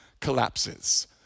collapses